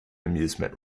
amusement